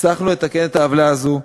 הצלחנו לתקן את העוולה הזאת.